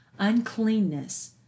uncleanness